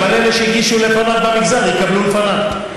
אבל אלה שהגישו לפניו במגזר יקבלו לפניו.